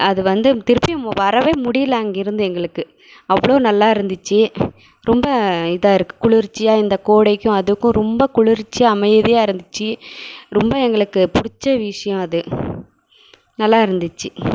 அது வந்து திருப்பி வரவே முடியல அங்கேருந்து எங்களுக்கு அவ்வளோ நல்லாருந்துச்சு ரொம்ப இதாக இருக்குது குளிர்ச்சியாக இந்த கோடைக்கும் அதுக்கும் ரொம்ப குளிர்ச்சியாக அமைதியாக இருந்துச்சு ரொம்ப எங்களுக்கு பிடிச்ச விஷயம் அது நல்லாருந்துச்சு